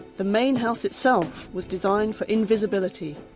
the main house itself was designed for invisibility,